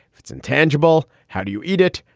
that's intangible. how do you eat it?